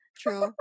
True